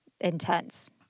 intense